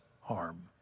harm